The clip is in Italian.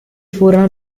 furono